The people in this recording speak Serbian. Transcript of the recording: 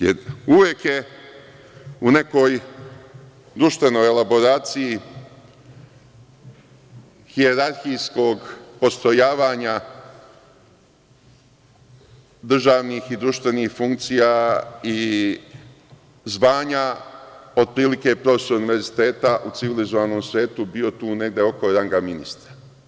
Jer, uvek je u nekoj društvenoj elaboraciji hijerarhijskog postrojavanja državnih i društvenih funkcija i zvanja, otprilike profesor univerziteta u civilizovanom svetu bio tu negde oko ranga ministra.